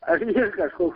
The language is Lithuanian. ar yra kažkoks